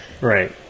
Right